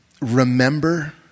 remember